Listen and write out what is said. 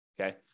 Okay